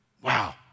Wow